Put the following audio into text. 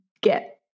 get